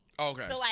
Okay